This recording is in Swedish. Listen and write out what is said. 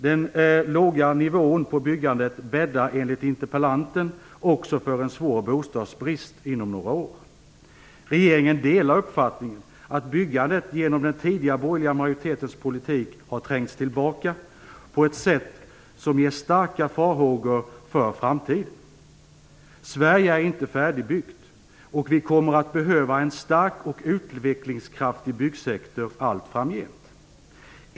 Den låga nivån på byggandet bäddar enligt interpellanten också för en svår bostadsbrist inom några få år. Regeringen delar uppfattningen att byggandet genom den tidigare borgerliga majoritetens politik har trängts tillbaka på ett sätt som ger starka farhågor för framtiden. Sverige är inte färdigbyggt, och vi kommer att behöva en stark och utvecklingskraftig byggsektor allt framgent.